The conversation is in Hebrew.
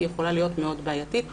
היא יכולה להיות בעייתית מאוד.